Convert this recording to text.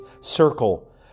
circle